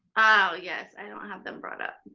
oh, yes, i don't have them brought up.